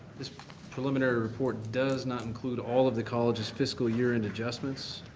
this preliminary report does not include all of the college's fiscal year-end adjustments.